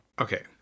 okay